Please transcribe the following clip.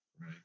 Right